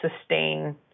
sustain